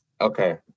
Okay